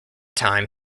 time